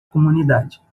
comunidade